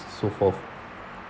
so forth